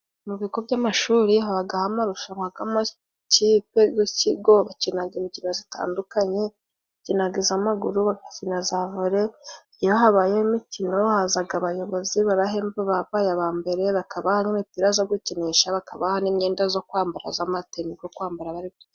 Mu bigo by'amashuri habagaho amarushanwa g'amakipe g'ikigo, bakinaga imikino zitandukanye bakinaga iz' amaguru, bagakina za vole, iyo habayeho imikino hazaga abayobozi barahemba ababaye aba mbere bakabaha imipira zo gukinisha ,bakabaha n'imyenda zo kwambara z'amateni go kwambara bari gukina.